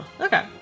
Okay